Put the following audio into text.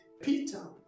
Peter